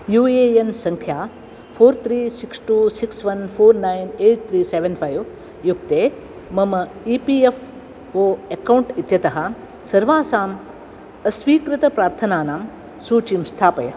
you A N सङ्ख्या four three six two six one four nine eight three seven five युक्ते मम E P F O account इत्यतः सर्वासाम् अस्वीकृतप्रार्थनानां सूचीं स्थापय